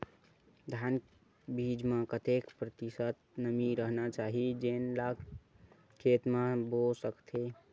धान बीज म कतेक प्रतिशत नमी रहना चाही जेन ला खेत म बो सके?